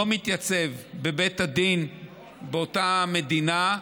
לא מתייצב בבית הדין באותה מדינה,